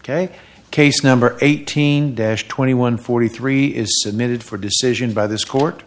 ok case number eighteen dash twenty one forty three is submitted for decision by this court